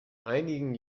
einigen